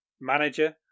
manager